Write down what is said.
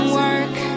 work